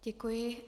Děkuji.